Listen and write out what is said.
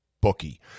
bookie